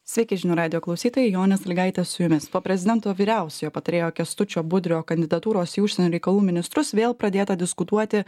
sveiki žinių radijo klausytojai jonė salygaitė su jumis po prezidento vyriausiojo patarėjo kęstučio budrio kandidatūros į užsienio reikalų ministrus vėl pradėta diskutuoti